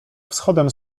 wschodem